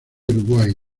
uruguay